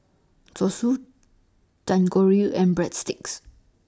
Zosui Dangojiru and Breadsticks